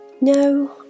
No